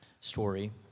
story